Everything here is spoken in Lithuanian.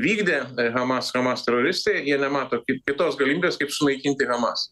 vykdė hamas hamas teroristai jie nemato kaip kitos galimybės kaip sunaikinti hamas